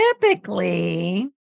Typically